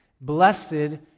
Blessed